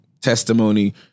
testimony